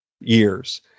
years